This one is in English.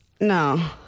No